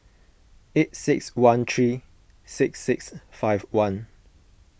eight six one three six six five one